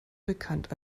bekannt